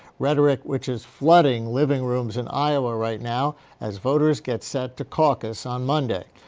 rhetoric which is flooding living rooms in iowa right now as voters get set to caucus on monday.